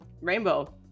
Rainbow